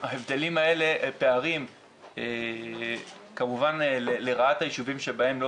ההבדלים האלה הם כמובן לרעת היישובים שבהם לא